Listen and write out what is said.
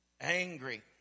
angry